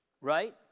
Right